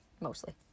Mostly